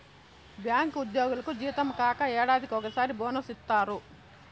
bank ఉద్యోగులకు జీతం కాక ఏడాదికి ఒకసారి బోనస్ ఇత్తారు